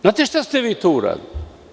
Znate šta ste vi tu uradili?